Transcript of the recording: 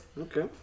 okay